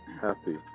happy